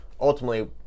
ultimately –